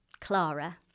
Clara